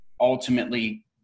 ultimately